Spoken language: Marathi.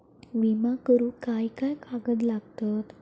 विमा करुक काय काय कागद लागतत?